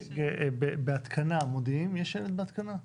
בהתקנה מודיעים, יש שלט בהתקנה?